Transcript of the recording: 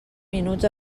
minuts